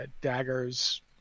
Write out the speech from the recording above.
Daggers